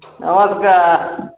और क्या